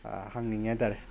ꯍꯪꯅꯤꯡꯉꯤ ꯍꯥꯏꯇꯥꯔꯦ